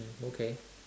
mm okay